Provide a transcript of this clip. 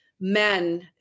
men